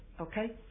okay